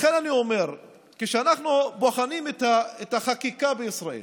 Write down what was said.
לכן אני אומר, כשאנחנו בוחנים את החקיקה בישראל